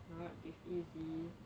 not this easy ya